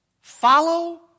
Follow